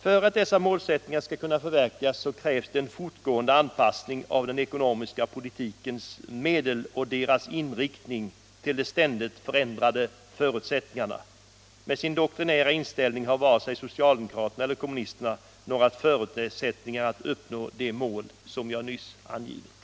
För att dessa målsättningar skall kunna förverkligas krävs en fortgående anpassning av den ekonomiska politikens medel och deras inriktning till de ständigt förändrade förutsättningarna. Med sin doktrinära inställning har varken socialdemokraterna eller kommunisterna några förutsättningar att uppnå de mål jag nyss angivit.